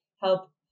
help